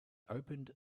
opened